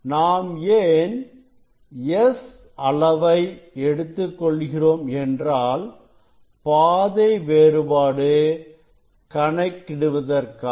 நாம் ஏன் S அளவை எடுத்துக் கொள்கிறோம் என்றால் பாதை வேறுபாடு கணக்கிடுவதற்காக